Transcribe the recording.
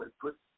put